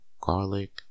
garlic